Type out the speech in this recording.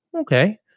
okay